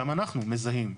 גם אנחנו מזהים,